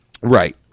Right